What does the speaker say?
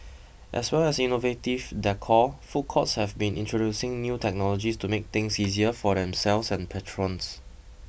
as well as innovative decor food courts have been introducing new technologies to make things easier for themselves and patrons